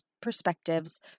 perspectives